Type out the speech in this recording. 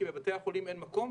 כי לבתי החולים אין מקום.